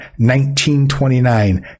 1929